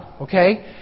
Okay